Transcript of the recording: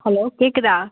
hello கேட்குதா